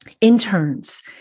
interns